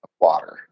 Water